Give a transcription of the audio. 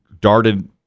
darted